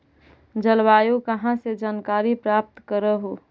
जलवायु कहा से जानकारी प्राप्त करहू?